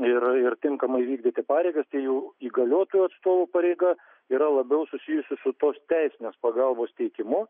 ir ir tinkamai vykdyti pareigas tai jau įgaliotųjų atstovų pareiga yra labiau susijusi su tos teisinės pagalbos teikimu